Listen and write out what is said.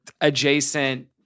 adjacent